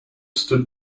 stood